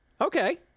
Okay